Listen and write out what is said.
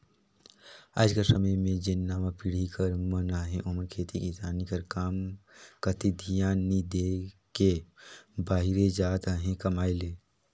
आएज कर समे में जेन नावा पीढ़ी कर मन अहें ओमन खेती किसानी कर काम कती धियान नी दे के बाहिरे जात अहें कमाए ले